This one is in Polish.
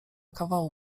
kawału